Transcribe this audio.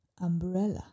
umbrella